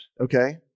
okay